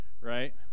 right